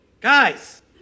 Guys